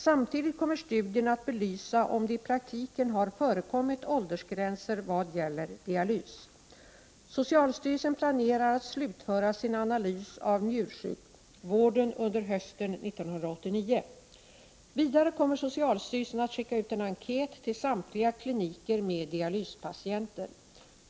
Samtidigt kommer studien att belysa om det i praktiken har förekommit åldersgränser vad gäller dialys. Socialstyrelsen planerar att slutföra sin analys av njursjukvården under hösten 1989. Vidare kommer socialstyrelsen att skicka ut en enkät till samtliga kliniker med dialyspatienter.